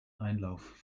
einlauf